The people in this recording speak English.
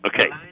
Okay